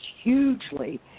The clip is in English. hugely